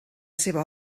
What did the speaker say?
seva